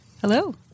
Hello